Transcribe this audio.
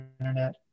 internet